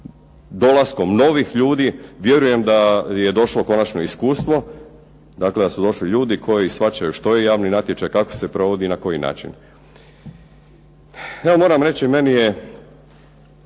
dolaskom novih ljudi vjerujem da je došlo konačno iskustvo. Dakle, da su došli ljudi koji shvaćaju što je javni natječaj, kako se provodi i na koji način. Evo moram reći meni je,